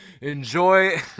enjoy